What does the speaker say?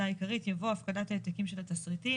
העיקרית יבוא: הפקדת העתקים של התסריטים,